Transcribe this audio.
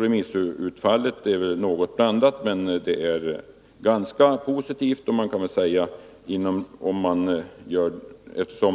Remissutfallet är väl något blandat, men det är ganska positivt.